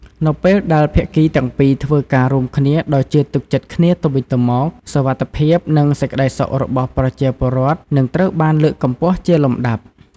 នៅពេលដែលភាគីទាំងពីរធ្វើការរួមគ្នាដោយជឿទុកចិត្តគ្នាទៅវិញទៅមក សុវត្ថិភាព និងសេចក្តីសុខរបស់ប្រជាពលរដ្ឋនឹងត្រូវបានលើកកម្ពស់ជាលំដាប់។